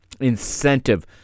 incentive